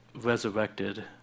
resurrected